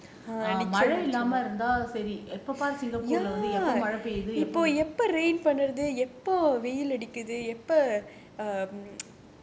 மழை இல்லாம இருந்தா சரி எப்போபாரு வந்து எப்போ மழை பெய்யறது:malai illama iruntha sari eppopaaru vanthu eppo malai peirathu